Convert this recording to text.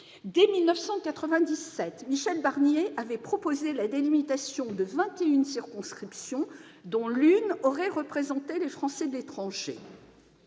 Dès 1997, Michel Barnier avait proposé la délimitation de vingt et une circonscriptions, dont l'une aurait représenté les Français de l'étranger.